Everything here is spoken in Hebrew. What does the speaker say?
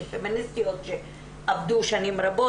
כפמיניסטיות שעבדו שנים רבות,